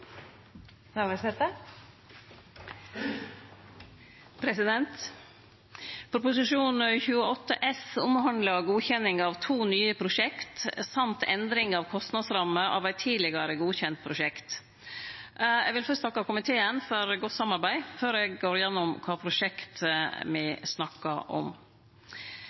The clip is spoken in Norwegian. godkjenning av to nye prosjekt samt endring av kostnadsramme for eit tidlegare godkjent prosjekt. Eg vil fyrst takke komiteen for godt samarbeid før eg går gjennom kva prosjekt me snakkar om.